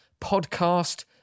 podcast